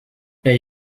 there